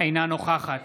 בעד